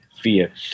fear